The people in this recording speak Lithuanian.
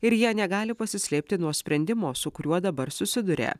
ir jie negali pasislėpti nuo sprendimo su kuriuo dabar susiduria